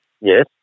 Yes